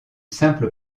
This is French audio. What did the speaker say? simple